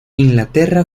inglaterra